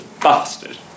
bastard